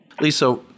Lisa